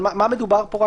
מה מדובר פה?